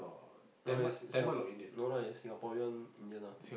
no it's Singapore no lah it's Singapore Indian lah